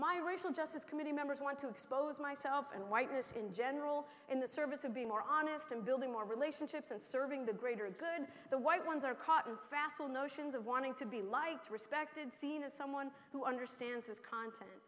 my racial justice committee members want to expose myself and whiteness in general in the service of being more honest and building more relationships and serving the greater good the white ones are cotton facile notions of wanting to be liked respected seen as someone who understands this content